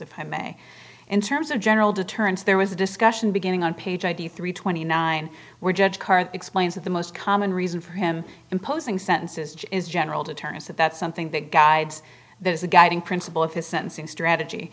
if i may in terms of general deterrence there was a discussion beginning on page ninety three twenty nine were judged explains that the most common reason for him imposing sentences is general deterrence so that's something that guides there's a guiding principle of his sentencing strategy